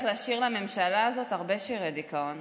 לשיר לממשלה הזאת הרבה שירי דיכאון.